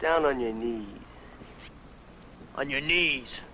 down on your knees on your knees